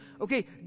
okay